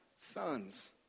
sons